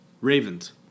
Ravens